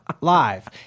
live